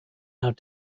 out